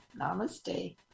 Namaste